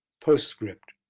postscript